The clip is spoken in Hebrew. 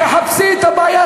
תחפשי את הבעיה,